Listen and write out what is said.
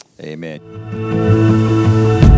Amen